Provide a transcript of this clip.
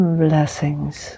blessings